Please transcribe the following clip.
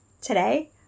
today